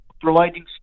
providing